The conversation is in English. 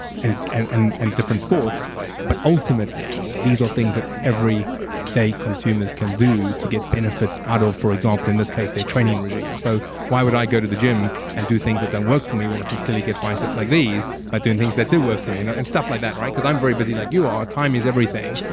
and and and and different sports but ultimately, these are things that everyday consumers can do to get benefits out of for example, in this case their training regime. so, why would i go to the gym and do things that don't work for me, when i can clearly get biceps like these by doing things that do work for me? and and stuff like that, right? because i'm very busy like you are time is everything.